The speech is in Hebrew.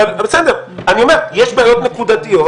אבל בסדר, אני אומר, יש בעיות נקודתיות.